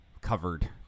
covered